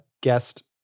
guest